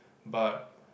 but